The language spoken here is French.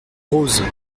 rose